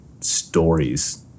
stories